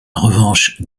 revanche